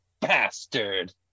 Bastard